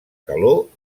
calor